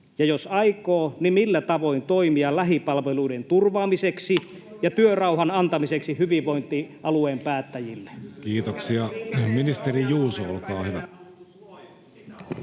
ja jos aikoo niin millä tavoin, toimia lähipalveluiden turvaamiseksi ja työrauhan antamiseksi hyvinvointialueen päättäjille? [Speech 52] Speaker: Jussi Halla-aho